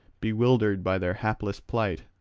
bewildered by their hapless plight,